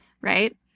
Right